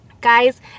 Guys